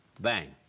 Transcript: bang